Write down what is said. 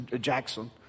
Jackson